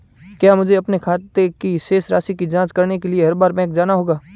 क्या मुझे अपने खाते की शेष राशि की जांच करने के लिए हर बार बैंक जाना होगा?